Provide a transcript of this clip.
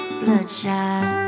bloodshot